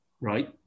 Right